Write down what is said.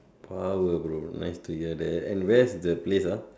power bro nice to hear that and where is the place ah